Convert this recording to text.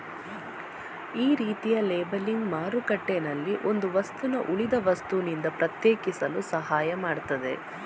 ಈ ರೀತಿಯ ಲೇಬಲಿಂಗ್ ಮಾರುಕಟ್ಟೆನಲ್ಲಿ ಒಂದು ವಸ್ತುನ ಉಳಿದ ವಸ್ತುನಿಂದ ಪ್ರತ್ಯೇಕಿಸಲು ಸಹಾಯ ಮಾಡ್ತದೆ